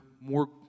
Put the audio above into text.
more